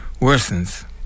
worsens